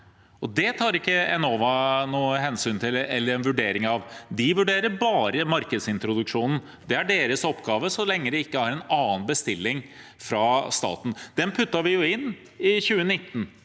til eller gjør en vurdering av. De vurderer bare markedsintroduksjonen. Det er deres oppgave, så lenge de ikke har en annen bestilling fra staten. Den puttet vi jo inn i 2019.